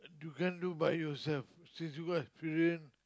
you can't do by yourself since you got experience